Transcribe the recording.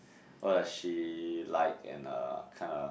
what does she like and uh kind a